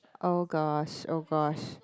oh gosh oh gosh